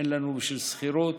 אין לנו בשביל שכירות,